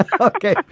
okay